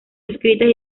escritas